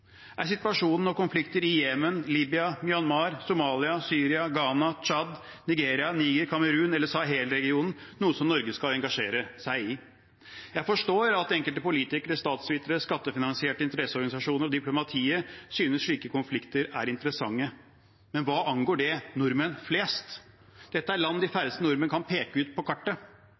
Er situasjonen og konflikter i Jemen, Libya, Myanmar, Somalia, Syria, Ghana, Tsjad, Nigeria, Niger, Kamerun eller Sahel-regionen noe som Norge skal engasjere seg i? Jeg forstår at enkelte politikere, statsvitere, skattefinansierte interesseorganisasjoner og diplomatiet synes slike konflikter er interessante, men hva angår det nordmenn flest? Dette er land de færreste nordmenn kan peke ut på kartet.